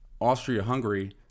Austria-Hungary